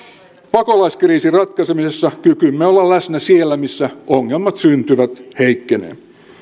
pakolaiskriisin ratkaisemisessa kykymme olla läsnä siellä missä ongelmat syntyvät heikkenee